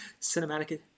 cinematic